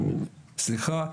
סליחה.